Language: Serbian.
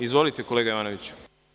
Izvolite, kolega Jovanoviću.